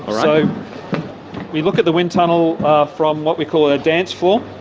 so we look at the windtunnel from what we call a dance floor,